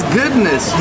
goodness